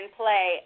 play